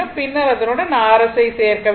பின்னர் அதனுடன் rs ஐ சேர்க்கவும்